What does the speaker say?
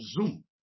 Zoom